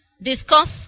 Discuss